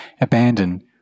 abandon